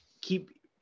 keep